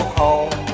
home